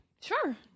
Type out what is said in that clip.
Sure